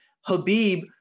Habib